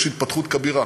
יש התפתחות כבירה.